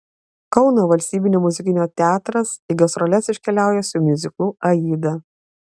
kauno valstybinio muzikinio teatras į gastroles iškeliauja su miuziklu aida